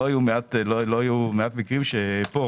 היו לא מעט מקרים שפה,